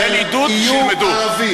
יהיו תושבי ישראל, יהיו ערבים.